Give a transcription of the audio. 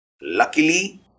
Luckily